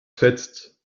fetzt